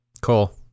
Cool